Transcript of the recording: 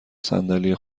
صندلی